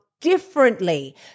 differently